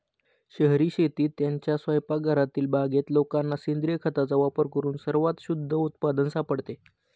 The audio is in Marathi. शहरी शेतीत, त्यांच्या स्वयंपाकघरातील बागेत लोकांना सेंद्रिय खताचा वापर करून सर्वात शुद्ध उत्पादन सापडते